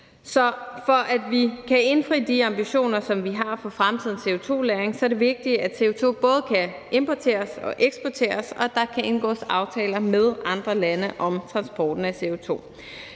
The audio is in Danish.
Så for at vi kan indfri de ambitioner, som vi har for fremtidens CO2-lagring, er det vigtigt, at CO2 både kan importeres og eksporteres, og at der kan indgås aftaler med andre lande om transporten af CO2.